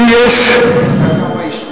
אורי,